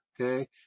Okay